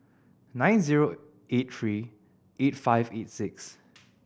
nine zero eight three eight five eight six